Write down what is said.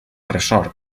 ressort